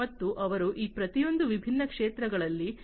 ಮತ್ತು ಅವರು ಈ ಪ್ರತಿಯೊಂದು ವಿಭಿನ್ನ ಕ್ಷೇತ್ರಗಳಲ್ಲಿ ಇಂಡಸ್ಟ್ರಿ 4